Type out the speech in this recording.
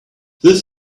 this